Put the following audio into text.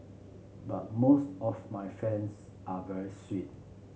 but most of my fans are very sweet